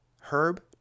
Herb